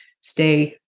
stay